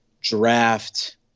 draft